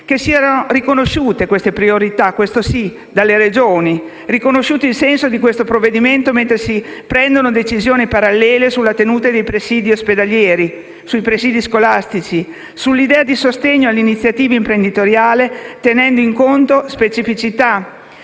che siano riconosciute queste priorità dalle Regioni e che sia riconosciuto il senso di questo provvedimento, mentre si prendono decisioni parallele sulla tenuta dei presidi ospedalieri, sui presidi scolastici, sull'idea di sostegno all'iniziativa imprenditoriale, tenendo in conto le specificità.